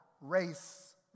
race